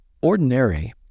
ordinary